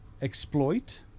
exploit